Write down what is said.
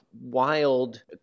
wild